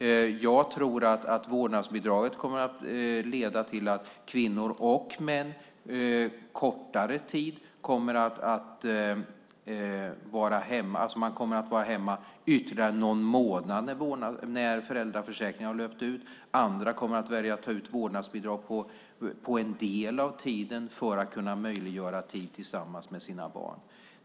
Jag tror att vårdnadsbidraget kommer att leda till att kvinnor och män kommer att vara hemma ytterligare någon månad när föräldraförsäkringen har löpt ut. Andra kommer att välja att ta ut vårdnadsbidrag på en del av tiden för att kunna möjliggöra tid tillsammans med sina barn.